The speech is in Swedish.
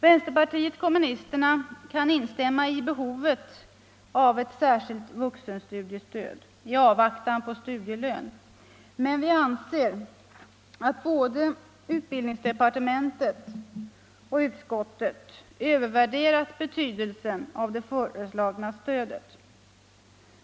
Vänsterpartiet kommunisterna kan instämma i att ett särskilt vuxenstudiestöd behövs, i avvaktan på studielön, men vi anser att både utbildningsde partementet och utskottet övervärderat betydelsen av det föreslagna stö Nr 83 det.